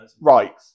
Right